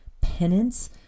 penance